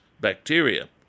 bacteria